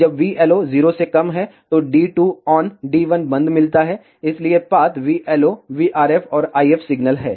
जब VLO 0 से कम है तो हमें D2 ऑन D1 बंद मिलता है इसलिए पाथ VLO VRF और IF सिग्नल है